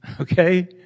okay